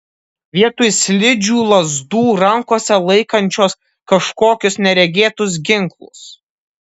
vietoj slidžių lazdų rankose laikančios kažkokius neregėtus ginklus